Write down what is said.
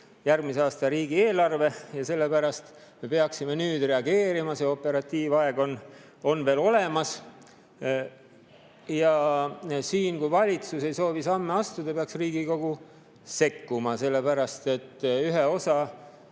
järgmise aasta riigieelarve, ja sellepärast me peaksime nüüd reageerima, see operatiivaeg on veel olemas. Kui valitsus ei soovi samme astuda, peaks Riigikogu sekkuma, sellepärast et ühe osa